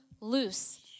loose